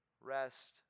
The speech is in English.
rest